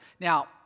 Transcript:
Now